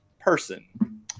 person